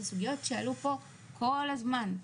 זה סוגיות שעלו פה כל הזמן,